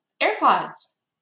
AirPods